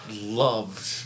loved